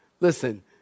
Listen